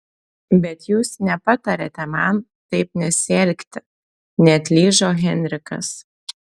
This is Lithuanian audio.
bet jūs nepatariate man taip nesielgti neatlyžo henrikas